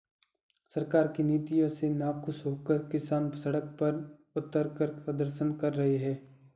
सरकार की नीतियों से नाखुश होकर किसान सड़क पर उतरकर प्रदर्शन कर रहे हैं